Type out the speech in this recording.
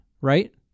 right